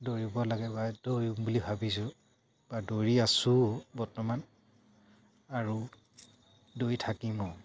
দৌৰিব লাগে বা দৌৰিম বুলি ভাবিছোঁ বা দৌৰি আছো বৰ্তমান আৰু দৌৰি থাকিমো